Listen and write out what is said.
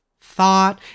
thought